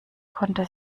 konnte